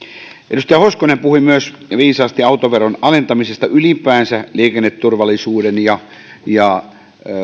edustaja hoskonen puhui myös viisaasti autoveron alentamisesta ylipäänsä liikenneturvallisuuden ja ja